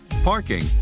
parking